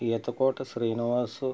Ethakota Srinivasu